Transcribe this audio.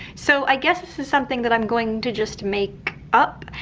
so, i guess this is something that i'm going to just make up.